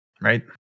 right